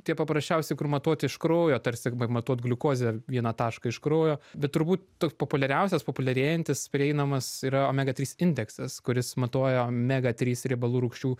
tie paprasčiausi kur matuot iš kraujo tarsi pamatuot gliukozę vieną tašką iš kraujo bet turbūt toks populiariausias populiarėjantis prieinamas yra omega trys indeksas kuris matuoja omega trys riebalų rūgščių